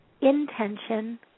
intention